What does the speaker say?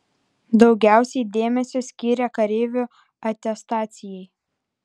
daugiausiai dėmesio skyrė kareivių atestacijai